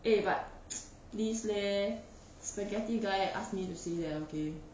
eh but please leh spaghetti guy asked me to see liao K